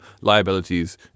liabilities